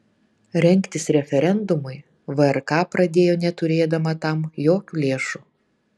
rengtis referendumui vrk pradėjo neturėdama tam jokių lėšų